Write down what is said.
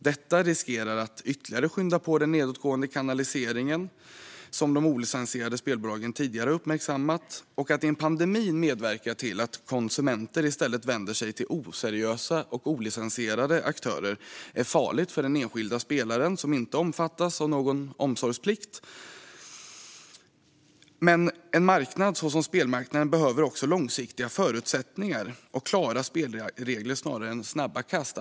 Detta riskerar att ytterligare skynda på den nedåtgående kanalisering som de licensierade spelbolagen tidigare har uppmärksammat. Att i en pandemi medverka till att konsumenter i stället vänder sig till oseriösa och olicensierade aktörer är farligt för enskilda spelare, som inte omfattas av någon omsorgsplikt. En marknad som spelmarknaden behöver långsiktiga förutsättningar och klara spelregler, snarare än snabba kast.